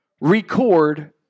Record